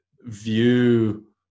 view